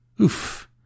Oof